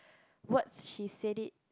words she said it